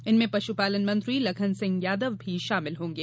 इनमें पशुपालन मंत्री लखन सिंह यादव भी शामिल होंगे